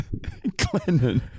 Glennon